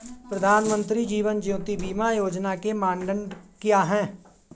प्रधानमंत्री जीवन ज्योति बीमा योजना के मानदंड क्या हैं?